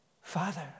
Father